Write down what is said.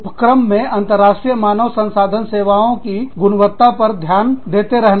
उपक्रम में अंतरराष्ट्रीय मानव संसाधन सेवाओं की गुणवत्ता पर ध्यान देते रहना